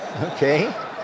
Okay